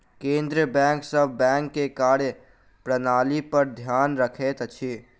केंद्रीय बैंक सभ बैंक के कार्य प्रणाली पर ध्यान रखैत अछि